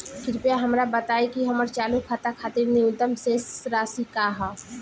कृपया हमरा बताइं कि हमर चालू खाता खातिर न्यूनतम शेष राशि का ह